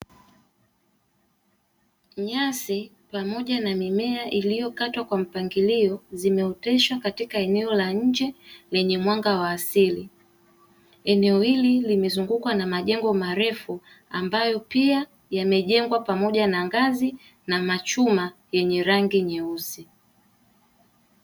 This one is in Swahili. Nyasi pamoja na mimea iliyokatwa kwa mpangilio, zimeoteshwa katika eneo la nje lenye mwanga wa asili. Eneo hili limezungukwa na majengo marefu ambayo pia yamejengwa pamoja na ngazi na machuma yenye rangi nyeusi.